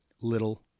little